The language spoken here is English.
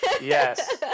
Yes